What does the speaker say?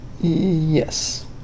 Yes